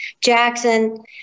Jackson